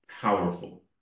powerful